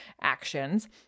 actions